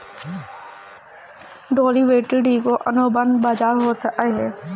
derivative एगो अनुबंध बाजार होत हअ